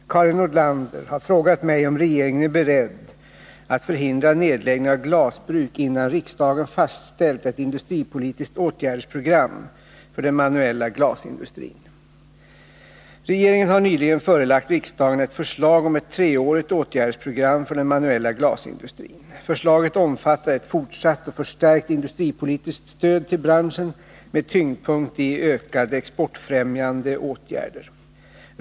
Herr talman! Karin Nordlander har frågat mig om regeringen är beredd att förhindra nedläggning av glasbruk innan riksdagen fastställt ett industripolitiskt åtgärdsprogram för den manuella glasindustrin. Regeringen har nyligen förelagt riksdagen ett förslag om ett treårigt åtgärdsprogram för den manuella glasindustrin . Förslaget omfattar ett fortsatt och förstärkt industripolitiskt stöd till branschen, med tyngdpunkt i ökade exportfrämjande åtgärder.